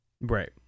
Right